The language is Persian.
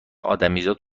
ادمیزاد